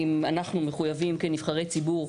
ואם אנחנו מחויבים כנבחרי ציבור,